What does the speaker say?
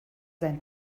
sein